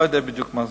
לא יודע בדיוק מה זה.